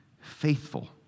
faithful